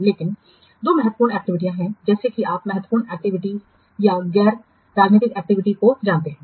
इसलिए दो महत्वपूर्ण एक्टिविटीयाँ हैं जैसे कि आप महत्वपूर्ण एक्टिविटी या गैर गैर राजनीतिक एक्टिविटी को जानते हैं